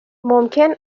ممکن